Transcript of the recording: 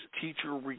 teacher